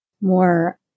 more